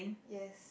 yes